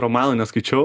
romano neskaičiau